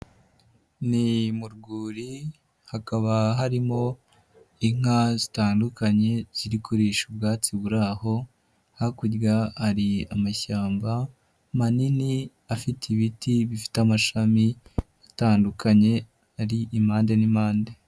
Ni mu rwuri, hakaba harimo inka zitandukanye, ziri kuririsha ubwatsi buri aho, hakurya hari amashyamba manini, afite ibiti bifite amashami atandukanye, ari impande n'impande.